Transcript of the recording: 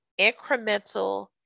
incremental